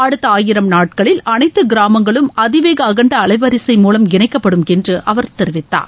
அடுத்த ஆயிரம் நாட்களில் அனைத்து கிராமங்களும் அதிவேக அகண்ட அலைவரிசை மூலம் இணைக்கப்படும் என்று அவர் தெரிவித்தார்